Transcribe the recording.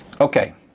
Okay